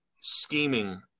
scheming